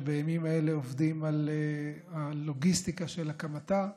שבימים האלה עובדים על הלוגיסטיקה של הקמתה,